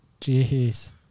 jeez